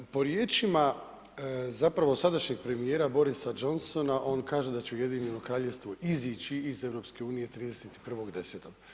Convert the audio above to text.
Po riječima zapravo sadašnjeg premijera Borisa Johnsona, on kaže da će Ujedinjeno Kraljevstvo izići iz EU 31. 10.